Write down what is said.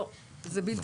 לא, זה בלתי-אפשרי.